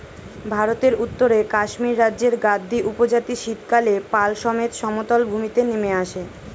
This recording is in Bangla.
ভারতের উত্তরে কাশ্মীর রাজ্যের গাদ্দী উপজাতি শীতকালে পাল সমেত সমতল ভূমিতে নেমে আসে